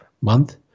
Month